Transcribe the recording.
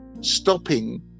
stopping